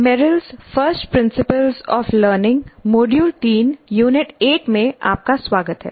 Merrill's first principles of learning Merrill's First Principles of Learning module 3 unit 8 में आपका स्वागत है